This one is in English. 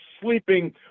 sleeping